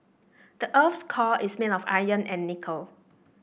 the earth's core is made of iron and nickel